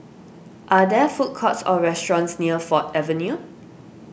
are there food courts or restaurants near Ford Avenue